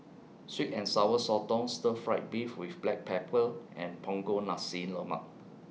Sweet and Sour Sotong Stir Fried Beef with Black Pepper and Punggol Nasi Lemak